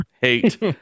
hate